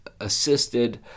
assisted